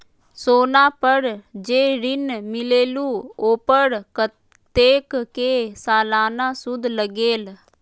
सोना पर जे ऋन मिलेलु ओपर कतेक के सालाना सुद लगेल?